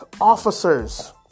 officers